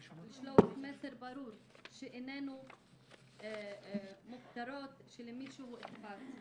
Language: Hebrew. לשלוח מסר ברור שאיננו מוכתרות של מישהו אחד.